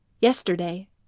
Yesterday